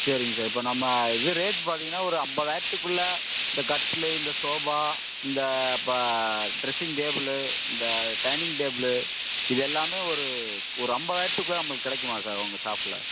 சரிங்க சார் இப்போ நம்ம இது ரேட் பார்த்தீங்கன்னா ஒரு ஐம்பதாயிரதுக்குள்ள இந்த கட்டில் இந்த சோபா இந்த ப்பா ட்ரஸ்ஸிங் டேபிளு இந்த டைனிங் டேபிளு இது எல்லாமே ஒரு ஒரு ஐம்பதாயிரதுக்குள்ள நம்மளுக்கு கிடைக்குமா சார் உங்கள் ஷாப்ல